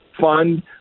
fund